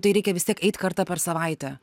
tai reikia vis tiek eit kartą per savaitę